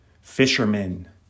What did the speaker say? Fishermen